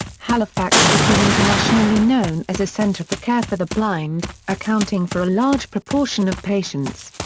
halifax became internationally known as a centre for care for the blind, accounting for a large proportion of patients.